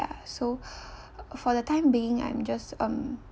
so for the time being I am just um